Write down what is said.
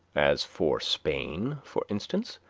as for spain, for instance,